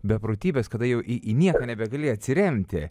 beprotybės kada jau į į nieką nebegali atsiremti